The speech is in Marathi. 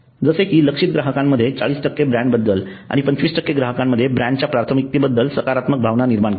जसे की लक्ष्यित ग्राहकांमध्ये 40 टक्के ब्रँड बद्दल आणि 25 टक्के ग्राहकांमध्ये ब्रँड च्या प्राथमिकतेबद्दल सकारात्मक भावना निर्माण करणे